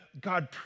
God